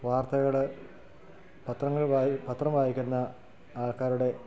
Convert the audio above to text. വാർത്തകൾ പത്രങ്ങൾ വായി പത്രം വായിക്കുന്ന ആൾക്കാരുടെ